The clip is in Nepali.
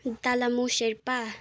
तालामु सेर्पा